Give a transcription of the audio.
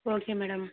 okay madam